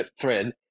thread